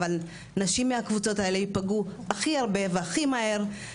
אבל נשים מהקבוצות האלה ייפגעו הכי הרבה והכי מהר,